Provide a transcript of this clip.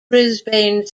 brisbane